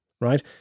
right